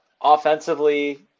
offensively